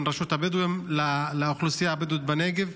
רשות הבדואים לאוכלוסייה הבדואית בנגב.